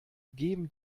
geben